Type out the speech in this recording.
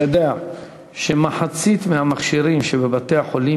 אתה יודע שמחצית מהמכשירים שבבתי-החולים,